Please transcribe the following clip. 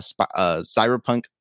cyberpunk